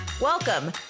Welcome